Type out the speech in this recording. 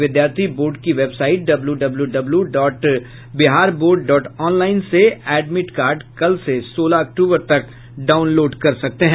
विद्यार्थी बोर्ड की website W W W dot Bihar board dot online से एडमिट कार्ड कल से सोलह अक्टूबर तक डाउनलोड कर सकते हैं